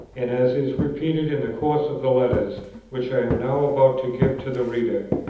and as is repeated in the course of the letters which i am now about to give to the reader.